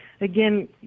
again